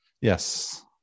Yes